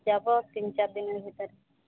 যাবো তিন চারদিনের ভেতরে